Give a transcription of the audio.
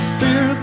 fear